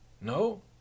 No